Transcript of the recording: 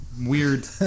Weird